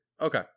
okay